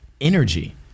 energy